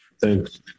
Thanks